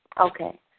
Okay